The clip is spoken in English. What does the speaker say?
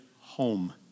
home